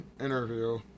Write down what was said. interview